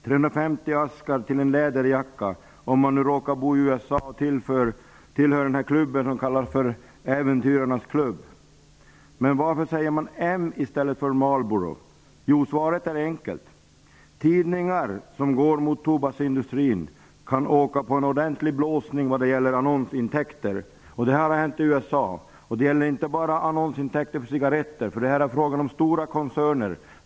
350 askar berättigar till en läderjacka, om man råkar bo i USA och tillhör Äventyrarnas klubb. Men varför säger man M i stället för Marlboro? Svaret är enkelt: Tidningar som går emot tobaksindustrin kan åka på en ordentlig blåsning vad gäller annonsintäkter. Det har hänt i USA. Det gäller inte bara annonser för cigaretter. Det är fråga om stora koncerner.